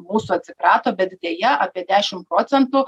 mūsų atsikrato bet deja apie dešim procentų